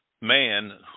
man